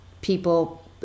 people